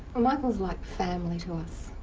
michaels like family to us.